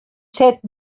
set